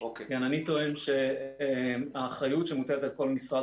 אני טוען שאחריות שמוטלת על כל משרד